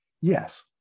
Yes